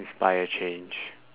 inspire change